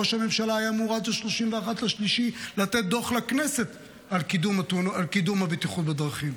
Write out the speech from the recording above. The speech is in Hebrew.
ראש הממשלה היה אמור עד 31 במרץ לתת דוח לכנסת על קידום הבטיחות בדרכים.